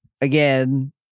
again